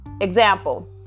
Example